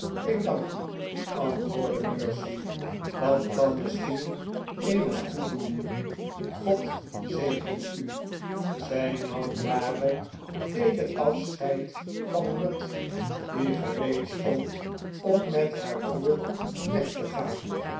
ik dank u antwoordde mercy dat kan misschien eenig goed doen god zegene u zij nam daarop feeder afscheid van ruth die gereed stond om met haar broer weg te gaan